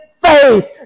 faith